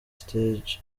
stage